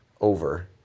over